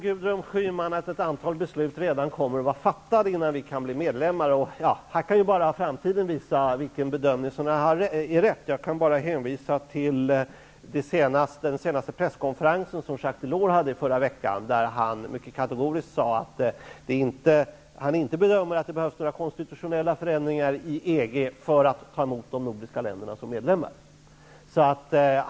Gudrun Schyman tror att ett antal beslut redan kommer att vara fattade när vi blir medlemmar. Här kan bara framtiden utvisa vilken bedömning som är den riktiga. Jag vill bara hänvisa till den senaste presskonferens som Jacques Delors hade i förra veckan, där han mycket kategoriskt sade att han inte bedömde det så att det behövdes några konstitutionella förändringar i EG för att man skulle kunna ta emot de nordiska länderna som medlemmar.